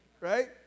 right